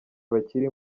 bakiri